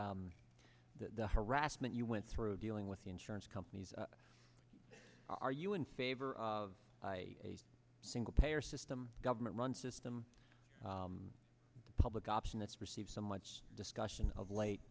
ackley the harassment you went through dealing with the insurance companies are you in favor of a single payer system government run system the public option that's received so much discussion of late